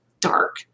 dark